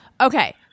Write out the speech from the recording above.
Okay